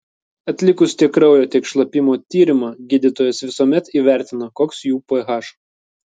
atlikus tiek kraujo tiek šlapimo tyrimą gydytojas visuomet įvertina koks jų ph